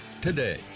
today